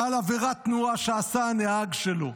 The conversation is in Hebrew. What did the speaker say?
על עבירת תנועה שעשה הנהג שלו.